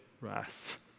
wrath